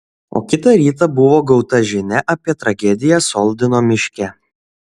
o kitą rytą buvo gauta žinia apie tragediją soldino miške